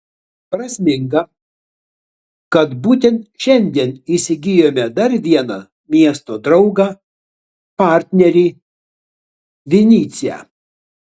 prasminga kad būtent šiandien įsigijome dar vieną miesto draugą partnerį vinycią